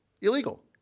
illegal